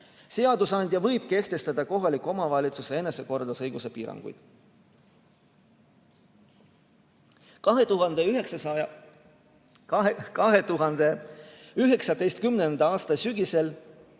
Seadusandja võib kehtestada kohaliku omavalitsuse enesekorraldusõigusele piiranguid.